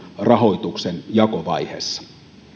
rahoituksen jakovaiheessa